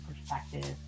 perspective